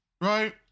right